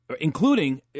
Including